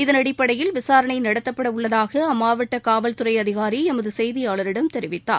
இதனடிப்படையில் விசாரணை நடத்தப்பட உள்ளதாக அம்மாவட்ட காவல்துறை அதிகாரி எமது செய்தியாளரிடம் தெரிவித்தார்